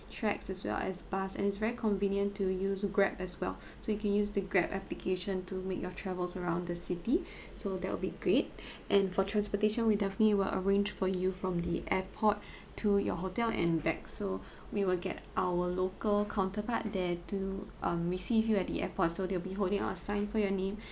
tracks as well as bus and it's very convenient to use grab as well so you can use the grab application to make your travels around the city so that will be great and for transportation we definitely will arrange for you from the airport to your hotel and back so we will get our local counterpart there to um receive you at the airport so they'll be holding up a sign for your name